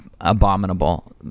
abominable